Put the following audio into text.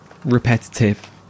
Repetitive